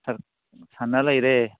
ꯁꯥꯟꯅ ꯂꯩꯔꯦ